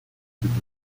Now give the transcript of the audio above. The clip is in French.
équipe